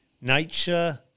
nature